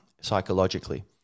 psychologically